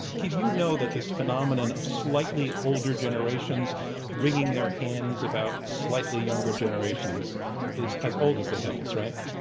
keith, you know that this phenomenon of slightly older generations wringing their hands about slightly younger generations is as old as the hills, right?